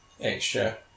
Extra